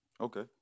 Okay